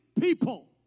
people